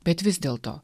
bet vis dėlto